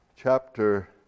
chapter